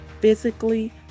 physically